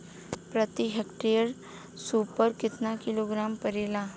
प्रति हेक्टेयर स्फूर केतना किलोग्राम परेला?